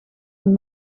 een